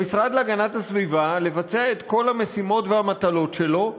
למשרד להגנת הסביבה לבצע את כל המשימות והמטלות שלו,